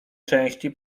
części